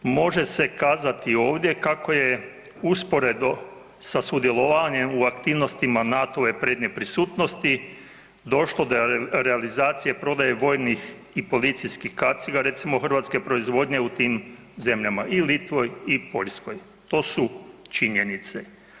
Može se kazati ovdje kako je usporedo sa sudjelovanjem u aktivnostima NATO-ve prednje prisutnosti došlo do realizacije prodaje vojnih i policijskih kaciga recimo hrvatske proizvodnje u tim zemljama i Litvi i Poljskoj, to su činjenice.